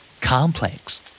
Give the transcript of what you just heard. Complex